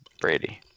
Brady